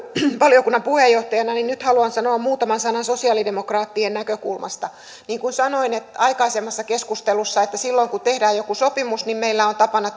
valiokunnan puheenjohtajana niin nyt haluan sanoa muutaman sanan sosialidemokraattien näkökulmasta niin kuin sanoin aikaisemmassa keskustelussa silloin kun tehdään joku sopimus niin meillä on tapana